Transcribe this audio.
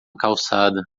calçada